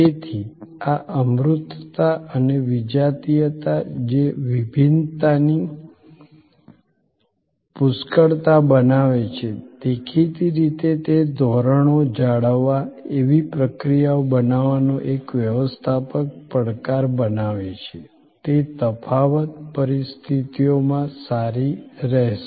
તેથી આ અમૂર્તતા અને વિજાતીયતા જે ભિન્નતાની પુષ્કળતા બનાવે છે દેખીતી રીતે તે ધોરણો જાળવવા એવી પ્રક્રિયાઓ બનાવવાનો એક વ્યવસ્થાપક પડકાર બનાવે છે જે તફાવત પરિસ્થિતિઓમાં સારી રહેશે